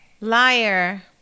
Liar